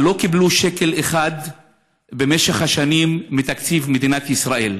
אבל לא קיבלו שקל אחד במשך השנים מתקציב מדינת ישראל.